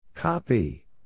Copy